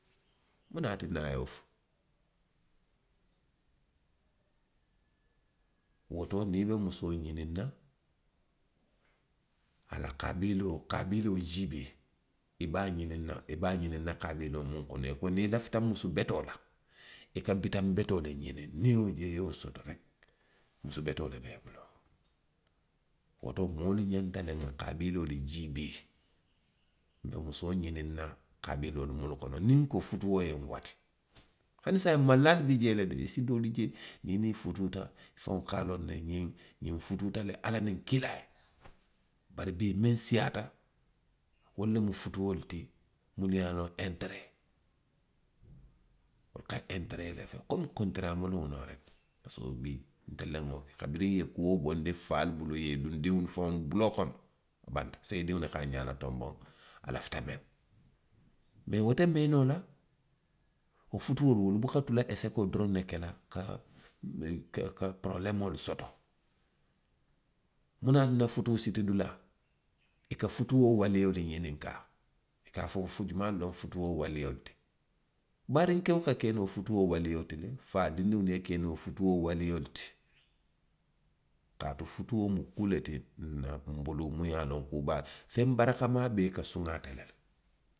Muŋ ne ye a tinna a ye wo fo. woto niŋ i be musoo ňiniŋ na. a la kaabiloo, kaabiloo jiibee. i be a ňiniŋ na, i be a ňiniŋ na kaabiloo muŋ kono. I ko niŋ i lafita musu betoo la. i ka bitaŋ betoo le ňiniŋ, niŋ i ye wo je, i ye wo soto reki. musu betoo le be i bulu. Woto moolu ňanta le nŋa kaabiloolu jiibee. nbe musoo ňiniŋ na kaabiloolu muunu kono niŋ nko futuo ye nwati. Hani saayiŋ, malulaalu bi jee le de. I si doolu je. niŋ i niŋ i futuuta. i faŋo ka a loŋ ne ňiŋ, ňiŋ futuuta le ala niŋ kiilaa ye bari bii miŋ siiyaata, wolu loŋ futuolu ti munnu ye a loŋ enteree, wo ka enteree le fo, komi kontoraa muluŋo loŋ reki. parisiko bii ntelu la moolu kabiriŋ i ye kuo bondi faalu bulu i ye i duŋ diŋolu faŋolu buloo kono, a banta. Saayiŋ i diŋo le ka a ňaala toboŋ. A lita miŋ na. Mee wo te mee noo la. Wo futuolu wolu buka tula esekoo doroŋ ne ke la ka, me, ka. ka porobuleemoolu soto. Munaŋ na futuu siti dulaa, i ka futuo waliiolu ňininkaa?I ka fo fo jumaalu loŋ futuo waliolu ti? Baariŋ keo ka ke noo futuo walio ti le, faa dindiŋolu ye ke noo futuu waliolu ti, kaatu futuo mu kuu le ti nna, nbulu muŋ ye a loŋ ko kuu baa. Feŋ barakamaa bee ka suŋ ate le la.